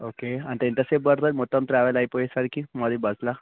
okay అంటే ఎంతసేపు పడుతాయి మొత్తం ట్రావెల్ అయిపోయేసరికి మాది బస్లో